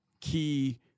Key